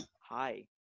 Hi